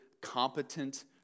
competent